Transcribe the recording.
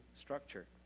structure